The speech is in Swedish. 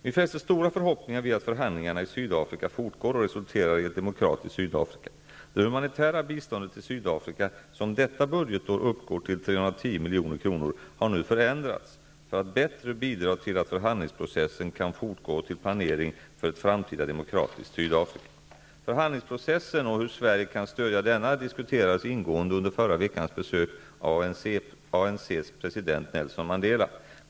Vi fäster stora förhoppningar vid att förhandlingarna i Sydafrika fortgår och resulterar i ett demokratiskt Sydafrika. Det humanitära biståndet till Sydafrika som detta budgetår uppgår till 310 milj.kr. har nu förändrats, för att bättre bidra till att förhandlingsprocessen kan fortgå och till planering för ett framtida demokratiskt Förhandlingsprocessen och hur Sverige kan stödja denna diskuterades ingående under förra veckans besök av ANC:s president Nelson Mandela.